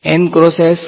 વિદ્યાર્થી N cross N